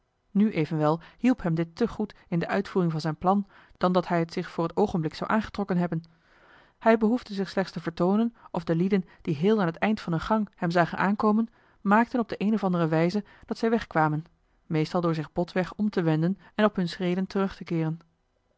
nu evenwel hielp hem dit te goed in de uitvoering van zijn plan dan dat hij het zich voor het oogenblik zou aangetrokken hebben hij behoefde zich slechts te vertoonen of de lieden die heel aan het eind van een gang hem zagen aankomen maakten op de een of andere wijze dat zij wegkwamen meestal door zich botweg om te wenden en op hun schreden terug te keeren